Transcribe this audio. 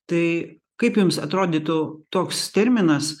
tai kaip jums atrodytų toks terminas